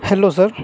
hello sir